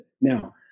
now